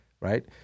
right